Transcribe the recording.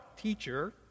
teacher